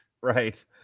Right